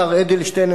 השר אדלשטיין,